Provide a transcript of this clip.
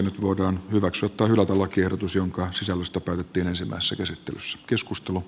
nyt voidaan hyväksyä tai hylätä lakiehdotus jonka sisällöstä päätettiin ensimmäisessä käsittelyssä keskustelu